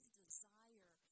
desire